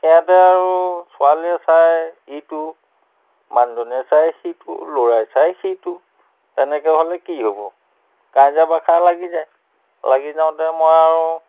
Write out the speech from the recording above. সিহঁতে আৰু ছোৱালীয়ে চাই ইটো মানুহজনীয়ে চাই সিটো ল'ৰাই চাই সিটো তেনেকৈ হ'লে কি হ'ব কাইজিয়া বাখৰ লাগি যায় লাগি যাওঁতে মই আৰু